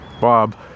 Bob